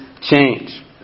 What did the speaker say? change